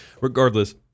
regardless